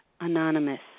anonymous